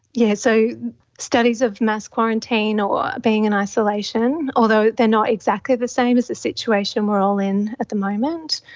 yeah so studies of mass quarantine or being in isolation, although they are not exactly the same as the situation we are all in at the moment,